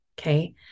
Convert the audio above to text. okay